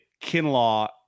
Kinlaw